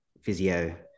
physio